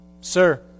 Sir